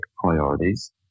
priorities